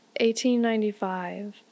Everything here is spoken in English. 1895